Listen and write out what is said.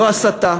לא הסתה